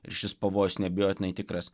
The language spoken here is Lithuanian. ir šis pavojus neabejotinai tikras